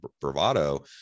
bravado